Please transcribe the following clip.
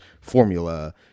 formula